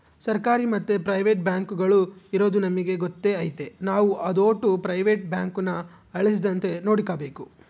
ಸರ್ಕಾರಿ ಮತ್ತೆ ಪ್ರೈವೇಟ್ ಬ್ಯಾಂಕುಗುಳು ಇರದು ನಮಿಗೆ ಗೊತ್ತೇ ಐತೆ ನಾವು ಅದೋಟು ಪ್ರೈವೇಟ್ ಬ್ಯಾಂಕುನ ಅಳಿಸದಂತೆ ನೋಡಿಕಾಬೇಕು